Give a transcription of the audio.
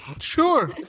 sure